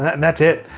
and that's it.